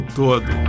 todo